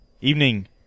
Evening